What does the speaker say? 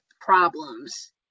problems